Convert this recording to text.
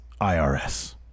IRS